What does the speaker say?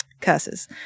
Curses